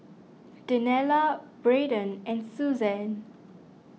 Daniela Braedon and Suzan